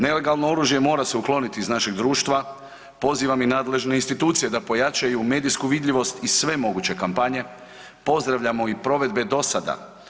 Nelegalno oružje mora se ukloniti iz našeg društva, pozivam i nadležne institucije da pojačaju medijsku vidljivost i sve moguće kampanje, pozdravljamo i provedbe do sada.